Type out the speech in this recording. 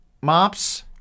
mops